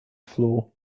floor